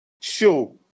show